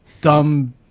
dumb